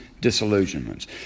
disillusionments